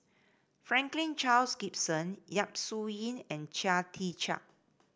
Franklin Charles Gimson Yap Su Yin and Chia Tee Chiak